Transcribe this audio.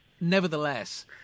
Nevertheless